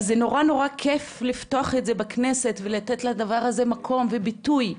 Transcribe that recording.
זה נורא כיף לפתוח את זה בכנסת ולתת לדבר הזה מקום וביטוי.